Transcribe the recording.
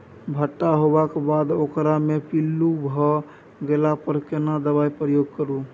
भूट्टा होबाक बाद ओकरा मे पील्लू भ गेला पर केना दबाई प्रयोग करू?